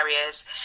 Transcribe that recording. areas